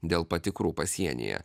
dėl patikrų pasienyje